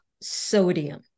sodium